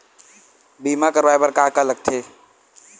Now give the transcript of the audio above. बीमा करवाय बर का का लगथे?